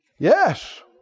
Yes